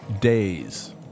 days